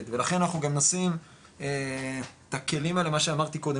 ולכן אנחנו גם מנסים את הכלים האלה מה שאמרתי קודם,